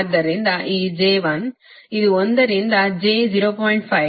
ಆದ್ದರಿಂದ ಈ j 1 ಇದು ಒಂದರಿಂದ j 0